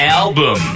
album